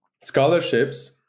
Scholarships